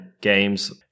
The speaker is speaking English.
games